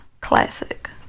classic